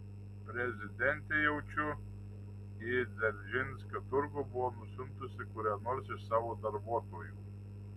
prezidentė jaučiu į dzeržinskio turgų buvo nusiuntusi kurią nors iš savo darbuotojų